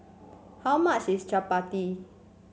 how much is chappati